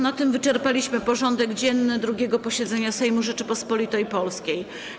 Na tym wyczerpaliśmy porządek dzienny 2. posiedzenia Sejmu Rzeczypospolitej Polskiej.